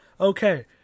Okay